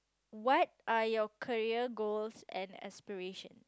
what are your career goals and aspiration